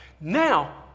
Now